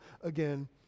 again